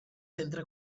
centre